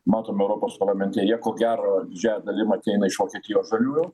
matome europos parlamente jie ko gero didžiąja dalim ateina iš vokietijos žaliųjų